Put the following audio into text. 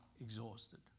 exhausted